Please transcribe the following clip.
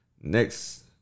Next